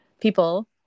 people